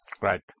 Right